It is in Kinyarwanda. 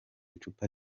icupa